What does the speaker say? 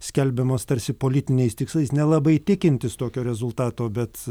skelbiamas tarsi politiniais tikslais nelabai tikintis tokio rezultato bet